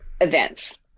events